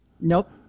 Nope